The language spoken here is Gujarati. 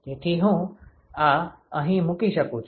તેથી હું આ અહીં મૂકી શકું છું